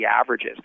averages